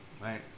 right